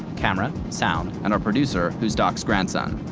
camera, sound, and our producer, who is doc's grandson.